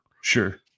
sure